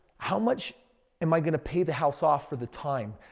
how much am i going to pay the house off for the time?